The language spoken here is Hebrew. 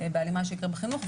במה שיקרה בחינוך,